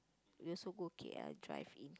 we also go K_L drive in